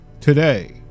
today